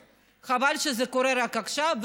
חבל שזה קורה רק עכשיו,